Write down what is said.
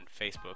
Facebook